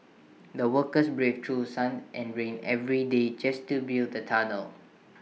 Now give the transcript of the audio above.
the workers braved through sun and rain every day just to build the tunnel